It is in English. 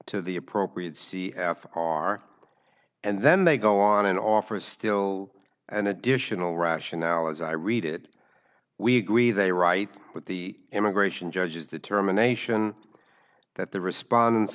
to the appropriate c f r and then they go on and offer a still an additional rationale as i read it we agree they are right but the immigration judges determination that the respon